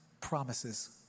promises